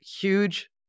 huge